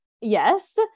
Yes